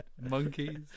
Monkeys